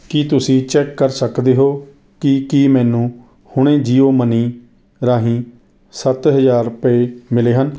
ਕੀ ਤੁਸੀਂਂ ਚੈੱਕ ਕਰ ਸਕਦੇ ਹੋ ਕਿ ਕੀ ਮੈਨੂੰ ਹੁਣੇ ਜੀਓ ਮਨੀ ਰਾਹੀਂ ਸੱਤ ਹਜ਼ਾਰ ਰੁਪਏ ਮਿਲੇ ਹਨ